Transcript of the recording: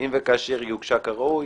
אם וכאשר היא הוגשה כראוי